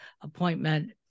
appointment